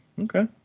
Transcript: Okay